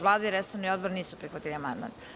Vlada i resorni odbor nisu prihvatili amandman.